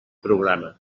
programa